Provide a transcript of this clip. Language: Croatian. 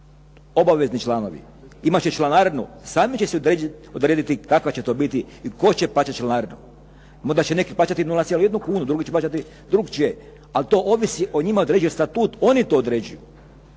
obavezni članovi, imati će članarinu, sami će si odrediti kakva će to biti i tko će plaćati članarinu. No da će neki plaćati 0,1 kunu, drugi će plaćati drugačije, ali to ovisi o njima određuje statut, oni to određuju.